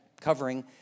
covering